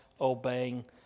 obeying